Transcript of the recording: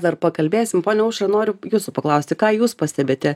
dar pakalbėsim ponia aušra noriu jūsų paklausti ką jūs pastebite